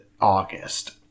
August